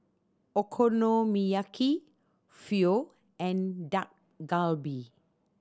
Okonomiyaki Pho and Dak Galbi